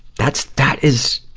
that's, that is,